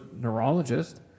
neurologist